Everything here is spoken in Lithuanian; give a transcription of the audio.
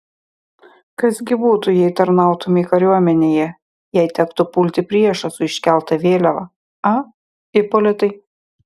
kas gi būtų jei tarnautumei kariuomenėje jei tektų pulti priešą su iškelta vėliava a ipolitai